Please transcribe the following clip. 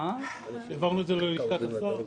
זה ללשכת השר.